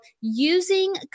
using